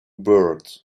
birds